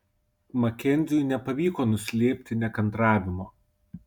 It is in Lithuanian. makenziui nepavyko nuslėpti nekantravimo